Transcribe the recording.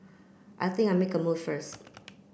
I think I make a move first